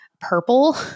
purple